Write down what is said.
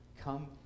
come